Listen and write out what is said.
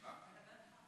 אני בא.